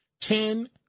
Ten